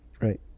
Right